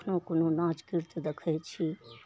कखनहु कोनो नाच गीत देखै छी